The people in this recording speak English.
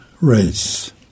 race